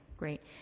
Great